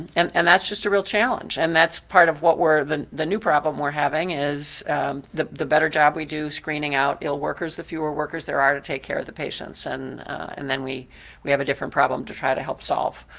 and and that's just a real challenge. and that's part of what we're, the the new problem we're having is the the better job we do screening out ill workers, the fewer workers there are to take care of the patients and and then we we have a different problem to try to help solve.